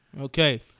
Okay